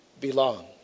belong